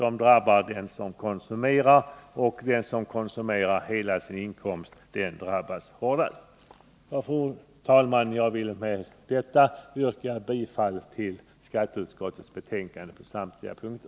De drabbar dem som konsumerar, och den som konsumerar hela sin inkomst drabbas hårdast. Fru talman! Jag vill med detta yrka bifall till skatteutskottets hemställan i samtliga punkter.